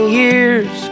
years